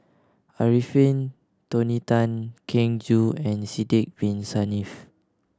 Arifin Tony Tan Keng Joo and Sidek Bin Saniff